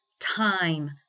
time